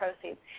proceeds